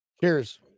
Cheers